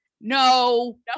no